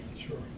Sure